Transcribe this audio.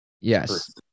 Yes